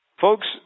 Folks